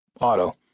Auto